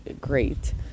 great